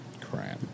crap